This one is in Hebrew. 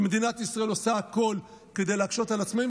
שמדינת ישראל עושה הכול כדי להקשות על עצמאים,